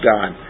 God